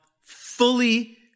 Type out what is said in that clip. fully